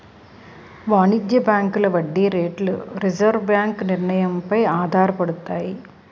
వాణిజ్య బ్యాంకుల వడ్డీ రేట్లు రిజర్వు బ్యాంకు నిర్ణయం పై ఆధారపడతాయి